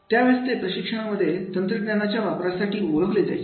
त्यावेळेस ते प्रशिक्षणामध्ये तंत्रज्ञानाच्या वापरासाठी ओळखले जायचे